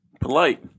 Polite